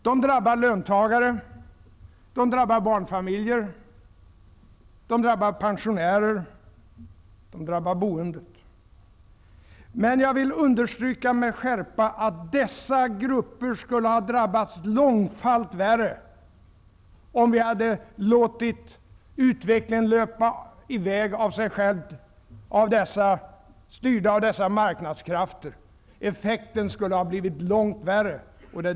De drabbar löntagare, barnfamiljer, pensionärer och boende. Men jag vill med skärpa understryka att dessa grupper skulle ha drabbats långt värre om vi hade låtit utvecklingen löpa i väg av sig själv, styrd av marknadskrafterna. Effekterna skulle ha blivit långt värre.